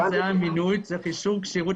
צריך אישור כשירות.